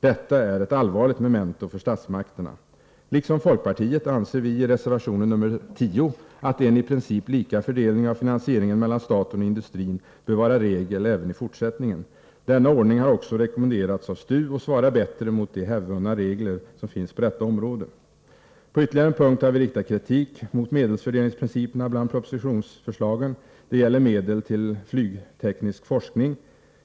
Detta är ett allvarligt memento för statsmakterna. Liksom folkpartiet anser vi att en i princip lika fördelning av finansieringen mellan staten och industrin bör vara regel även i fortsättningen — detta anför vi i reservation 10. Denna ordning har också rekommenderats av STU och svarar bättre mot de hävdvunna regler som finns på detta område. På ytterligare en punkt har vi riktat kritik mot medelsfördelningsprinciperna bland propositionsförslagen. Det gäller medel till flygteknisk forskning.